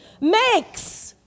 makes